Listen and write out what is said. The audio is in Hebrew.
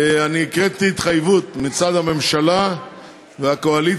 אני הקראתי התחייבות מצד הממשלה והקואליציה,